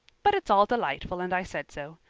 but it's all delightful and i said so.